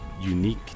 unique